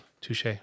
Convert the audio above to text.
Touche